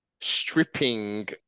stripping